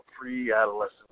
pre-adolescent